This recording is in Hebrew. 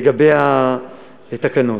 לגבי התקנות.